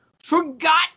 forgot